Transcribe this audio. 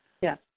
yes